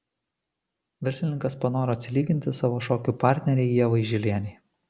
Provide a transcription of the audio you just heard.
verslininkas panoro atsilyginti savo šokių partnerei ievai žilienei